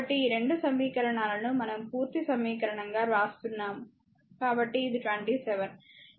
కాబట్టి ఈ 2 సమీకరణాలను మనం పూర్తి సమీకరణంగా వ్రాస్తున్నాము కాబట్టి ఇది 27